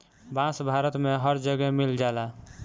बांस भारत में हर जगे मिल जाला